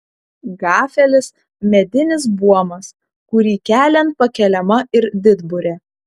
gafelis medinis buomas kurį keliant pakeliama ir didburė